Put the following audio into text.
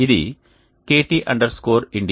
ఇది kt India